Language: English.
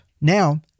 Now